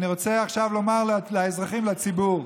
אני רוצה עכשיו לומר לאזרחים, לציבור: